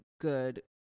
good